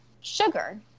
sugar